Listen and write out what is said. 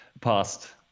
past